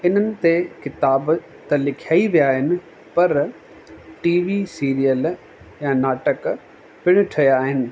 इन्हनि ते किताब त लिखिया ई विया आहिनि पर टीवी सीरियल ऐं नाटक पिण ठहिया आहिनि